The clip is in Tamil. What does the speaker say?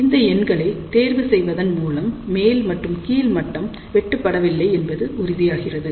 அந்த எண்களை தேர்வு செய்வதன் மூலம் மேல் மற்றும் கீழ் மட்டம் வெட்டு படவில்லை என்பதும் உறுதியாகிறது